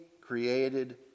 created